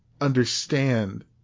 understand